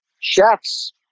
chefs